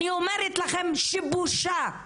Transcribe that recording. אני אומרת לכם שבושה,